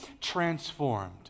transformed